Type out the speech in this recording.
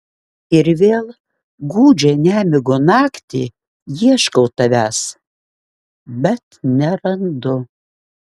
ir vėl gūdžią nemigo naktį ieškau tavęs bet nerandu